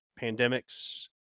pandemics